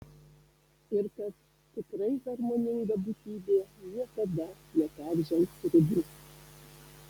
ir kad tikrai harmoninga būtybė niekada neperžengs ribų